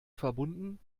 verbunden